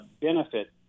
benefit